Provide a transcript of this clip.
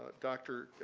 dr.